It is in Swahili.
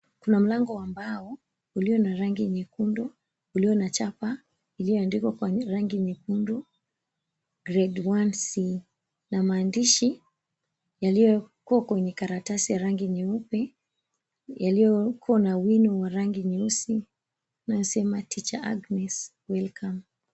Kuna mlango wa mbao ulio na rangi nyekundu ulio na chapa iliyoandikwa kwa rangi nyekundu Grade 1C na maandishi yaliyoko kwenye karatasi ya rangi nyeupe yaliyoko na wino wa rangi nyeusi yanayosema, Teacher Agnes Welcome.